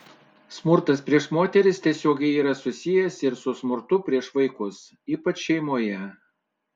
smurtas prieš moteris tiesiogiai yra susijęs ir su smurtu prieš vaikus ypač šeimoje